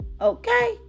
okay